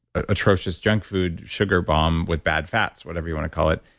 ah atrocious junk food sugar bomb with bad fats, whatever you want to call it,